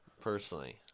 personally